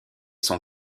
son